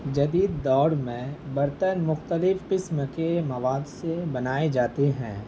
جدید دور میں برتن مختلف قسم کے مواد سے بنائے جاتے ہیں